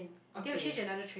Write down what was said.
okay